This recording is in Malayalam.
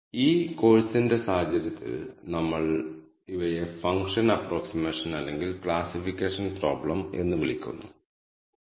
അതിനാൽ ഈ കെ മീൻസ് അൽഗോരിതത്തിന്റെ ഏറ്റവും വലിയ പ്രശ്നം എത്ര ക്ലസ്റ്ററുകൾ നൽകണമെന്ന് കണ്ടെത്തുക എന്നതാണ്